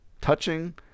touching